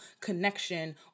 connection